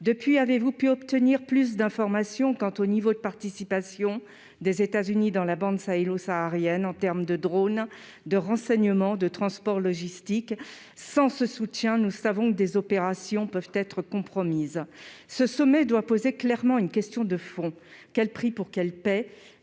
Austin, avez-vous pu obtenir plus d'informations sur le niveau de participation des États-Unis dans la bande sahélo-saharienne en termes de drones, de renseignement et de transport logistique ? Sans ce soutien, nous savons que des opérations peuvent être compromises. À N'Djamena, une question de fond doit être clairement posée :